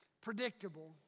Predictable